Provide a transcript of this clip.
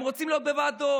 הם רוצים להיות בוועדות,